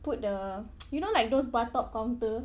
put the you know like those bar top counter